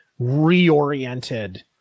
reoriented